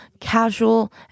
casual